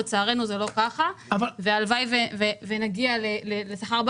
לצערנו זה לא ככה והלוואי שנגיע לשכר הרבה